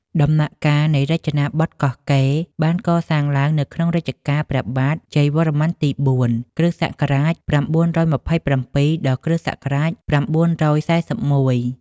ដំណាក់កាលនៃរចនាបថកោះកេរ បានកសាងឡើងនៅក្នុងរជ្ជកាលព្រះបាទជ័យវរ្ម័នទី៤ (គ.ស. ៩២៧ ដល់ គ.ស.៩៤១)។